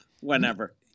whenever